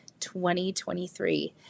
2023